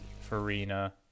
Farina